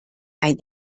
ein